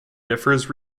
differs